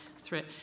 threat